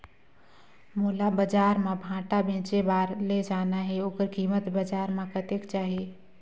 मोला बजार मां भांटा बेचे बार ले जाना हे ओकर कीमत बजार मां कतेक जाही?